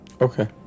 Okay